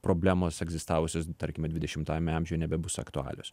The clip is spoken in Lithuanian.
problemos egzistavusios tarkime dvidešimtajame amžiuje nebebus aktualios